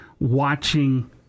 watching